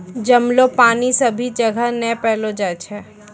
जमलो पानी सभी जगह नै पैलो जाय छै